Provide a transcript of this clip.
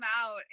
out